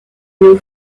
you